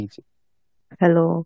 Hello